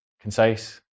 concise